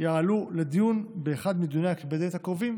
יעלו לדיון באחד מדיוני הקבינט הקרובים,